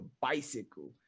bicycle